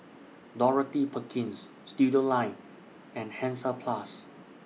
Dorothy Perkins Studioline and Hansaplast